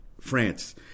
France